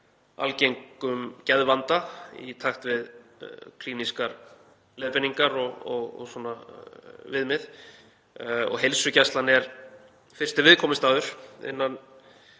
algengum geðvanda í takt við klínískar leiðbeiningar og viðmið. Heilsugæslan er fyrsti viðkomustaður innan